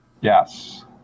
Yes